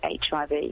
HIV